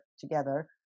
together